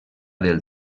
del